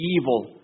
evil